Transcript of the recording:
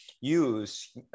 use